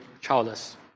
childless